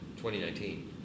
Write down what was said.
2019